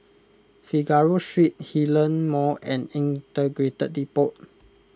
Figaro Street Hillion Mall and Integrated Depot